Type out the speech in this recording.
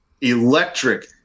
electric